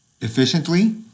efficiently